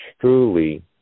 truly